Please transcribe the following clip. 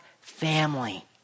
family